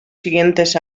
siguientes